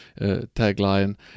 tagline